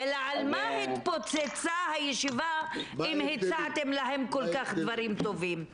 אלא על מה התפוצצה הישיבה אם הצעתם להם כל כך דברים טובים.